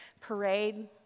parade